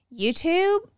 youtube